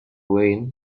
wind